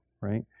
right